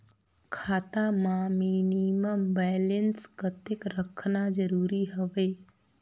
खाता मां minimum balance कतेक रखना जरूरी हवय?